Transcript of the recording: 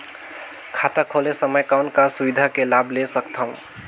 खाता खोले समय कौन का सुविधा के लाभ ले सकथव?